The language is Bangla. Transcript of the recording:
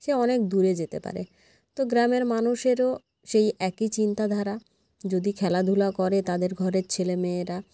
সে অনেক দূরে যেতে পারে তো গ্রামের মানুষেরও সেই একই চিন্তাধারা যদি খেলাধুলা করে তাদের ঘরের ছেলে মেয়েরা